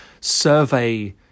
Survey